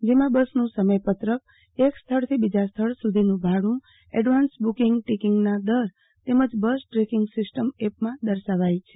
જેમાં બસનું સમયપત્રકએક સ્થળ થી બીજા સ્થળ સુધીનું ભાડુ એડવાન્સ બુકિંગ્ર્ટીકિટના દર તેમજ બસ ટ્રકિંગ સિસ્ટમ એપમાં દર્શાવાઈ છે